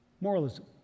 Moralism